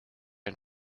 and